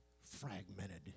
fragmented